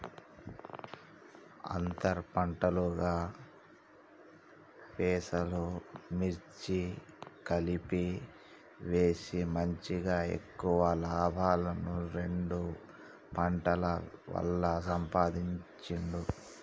అంతర్ పంటలుగా పెసలు, మిర్చి కలిపి వేసి మంచిగ ఎక్కువ లాభంను రెండు పంటల వల్ల సంపాధించిండు